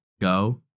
Go